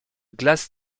glace